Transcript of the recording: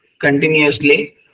continuously